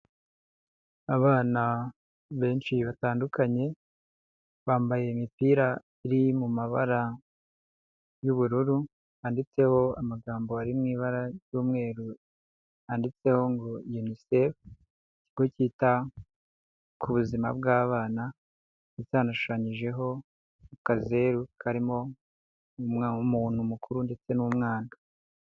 Abana benshi batandukanye bambaye imipira iri mu mabara y'ubururu yanditseho amagambo ari mu ibara ry'umweru yanditseho ngo UNICEF, ikigo cyita ku buzima bw'abana hanashushanyijeho akazeru karimo umwana w'umuntu mukuru ndetse n'umwana.